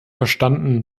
verstanden